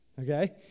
okay